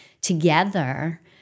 together